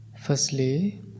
Firstly